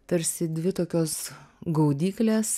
tarsi dvi tokios gaudyklės